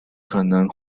可能